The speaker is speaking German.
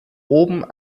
oben